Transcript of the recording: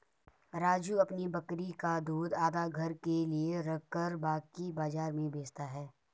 राजू अपनी बकरी का दूध आधा घर के लिए रखकर बाकी बाजार में बेचता हैं